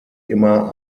immer